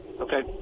Okay